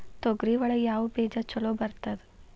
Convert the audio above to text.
ತೊಗರಿ ಒಳಗ ಯಾವ ಬೇಜ ಛಲೋ ಬರ್ತದ?